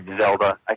Zelda